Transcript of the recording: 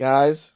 Guys